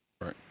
Right